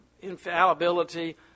infallibility